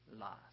lost